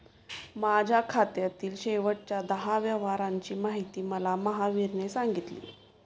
माझ्या खात्यातील शेवटच्या दहा व्यवहारांची माहिती मला महावीरने सांगितली